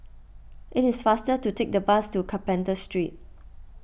it is faster to take the bus to Carpenter Street